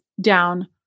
down